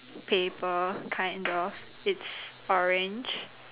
paper kind of it's orange